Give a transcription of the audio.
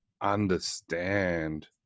understand